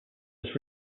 was